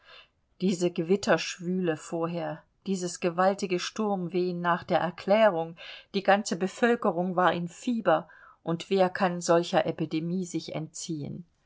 diese gewitterschwüle vorher dieses gewaltige sturmwehen nach der erklärung die ganze bevölkerung war in fieber und wer kann solcher epidemie sich entziehen